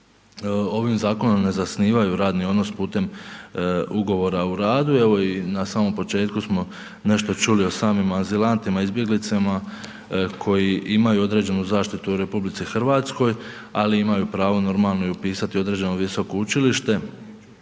ovim zakonom ne zasnivaju radni odnos putem ugovora o radu, evo i na samom početku smo nešto čuli o samim azilantima, izbjeglicama koji imaju određenu zaštitu u RH, ali imaju pravo normalno upisati i određeno visoko učilište